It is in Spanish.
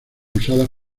usadas